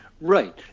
Right